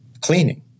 cleaning